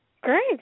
Great